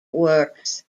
works